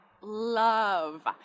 love